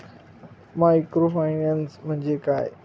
Microfinance म्हणजे काय?